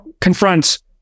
confronts